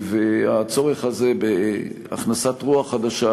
והצורך הזה בהכנסת רוח חדשה,